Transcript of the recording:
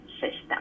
system